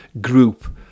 group